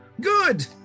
Good